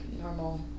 normal